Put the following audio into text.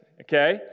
okay